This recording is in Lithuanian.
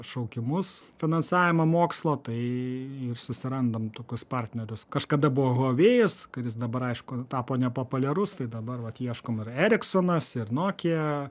šaukimus finansavimą mokslo tai susirandam tokius partnerius kažkada buvo huavėjus kuris dabar aišku tapo nepopuliarus tai dabar vat ieškom ir eriksonas ir nokia